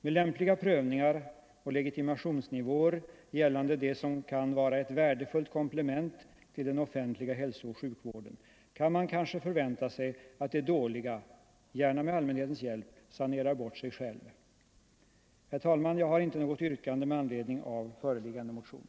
Med lämpliga prövningar och legitimationsnivåer gällande det som kan vara ett värdefullt komplement till den offentliga hälsooch sjukvården kan man kanske förvänta sig att det dåliga — gärna med allmänhetens hjälp — sanerar bort sig självt. Herr talman! Jag har inte något yrkande med anledning av föreliggande motion.